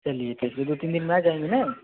चलिए तो फिर दो तीन दिन में आ जाएँगे ना